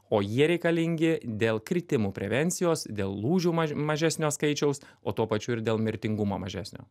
o jie reikalingi dėl kritimų prevencijos dėl lūžių mažesnio skaičiaus o tuo pačiu ir dėl mirtingumo mažesnio